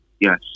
Yes